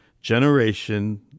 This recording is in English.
generation